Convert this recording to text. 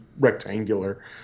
rectangular